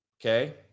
okay